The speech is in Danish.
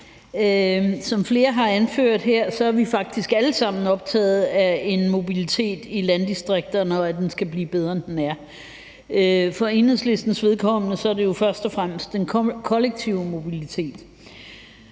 Som flere har anført her, er vi faktisk alle sammen optaget af mobilitet i landdistrikterne, og at den skal blive bedre, end den er. For Enhedslistens vedkommende er det jo først og fremmest den kollektive mobilitet.